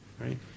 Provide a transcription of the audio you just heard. right